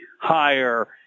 higher